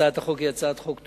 הצעת החוק היא הצעת חוק טובה,